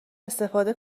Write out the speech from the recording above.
استفاده